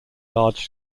large